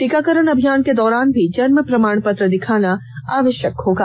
टीकाकरण अभियान के दौरान भी जन्म प्रमाण पत्र दिखाना आवष्यक होगा